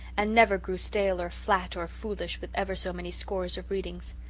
and never grew stale or flat or foolish with ever so many scores of readings.